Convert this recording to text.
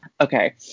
okay